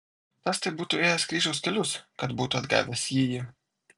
tas tai būtų ėjęs kryžiaus kelius kad būtų atgavęs jįjį